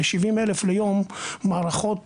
ב-70,000 ליום מערכות